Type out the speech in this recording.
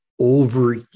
over